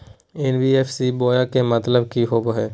NBFC बोया के मतलब कि होवे हय?